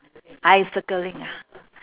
I circling ah